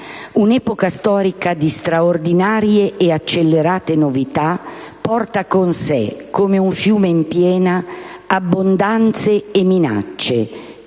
«Un'epoca storica di straordinarie e accelerate novità porta con sé, come un fiume in piena, abbondanze e minaccia,